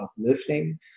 uplifting